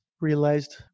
realized